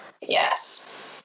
Yes